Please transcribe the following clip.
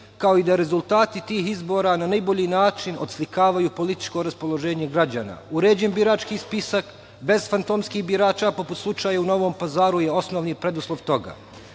kao i da rezultati tih izbora na najbolji način oslikavaju političko raspoloženje građana, uređen birački spisak bez fantomskih birača poput slučaja u Novom Pazaru je osnovni preduslov toga. Kada